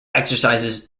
exercises